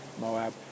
Moab